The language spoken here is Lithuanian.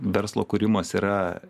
verslo kūrimas yra